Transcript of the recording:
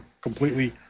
completely